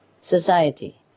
society